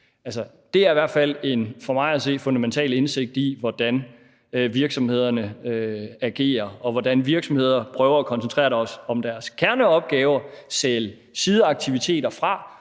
Det er i hvert fald for mig at se en fundamental indsigt i, hvordan virksomhederne agerer, og hvordan virksomheder prøver at koncentrere sig om deres kerneopgaver, sælge sideaktiviteter fra